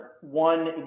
one